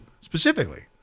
specifically